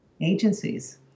agencies